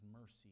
mercy